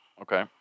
okay